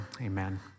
amen